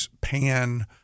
pan